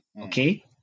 Okay